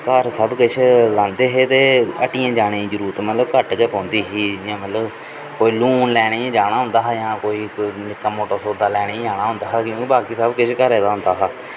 घर सब किश लांदे हे ते हट्टिएं गी जाने दी जरूरत मतलब घट्ट के पौंदी ही जियां मतलब कोई लून लैने गी जाना होंदा हा